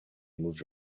moved